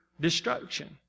destruction